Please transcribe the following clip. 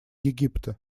египта